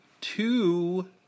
two